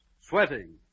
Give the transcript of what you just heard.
Sweating